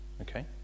Okay